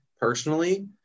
personally